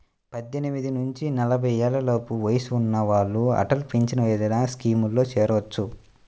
పద్దెనిమిది నుంచి నలభై ఏళ్లలోపు వయసున్న వాళ్ళు అటల్ పెన్షన్ యోజన స్కీమ్లో చేరొచ్చు